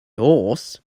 horse